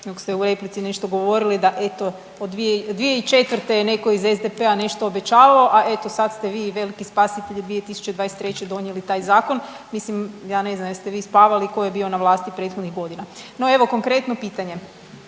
nego ste u replici nešto govorili da eto, od 2004. je netko iz SDP-a nešto obećavao, a eto, sad ste vi veliki spasitelji 2023. donijeli taj Zakon. Mislim, ja ne znam jeste vi spavali, tko je bio na vlasti prethodnih godina. No, evo konkretno pitanje.